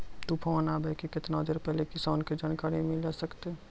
तूफान आबय के केतना देर पहिले किसान के जानकारी मिले सकते?